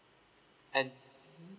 and